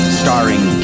starring